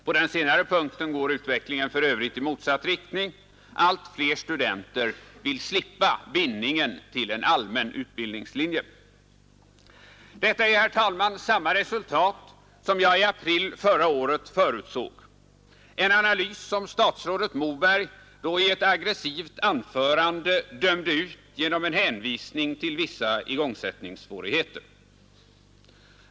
På den senare punkten går utvecklingen för övrigt i motsatt riktning: allt fler studenter vill slippa bindningen till en allmän utbildningslinje. Detta, herr talman, är samma resultat som jag i april förra året förutsåg, en analys som statsrådet Moberg då i ett aggressivt anförande dömde ut genom en hänvisning till vissa ”igångsättningssvårigheter”.